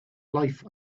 life